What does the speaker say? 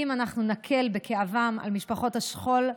אם אנחנו נקל את הכאב על משפחות השכול,